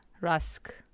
rusk